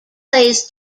plays